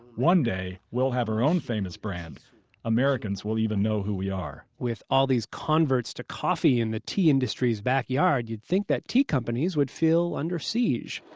one day, we'll have our own famous brand americans will even know who we are with all these converts to coffee in the tea industry's backyard, you'd think that tea companies would feel under siege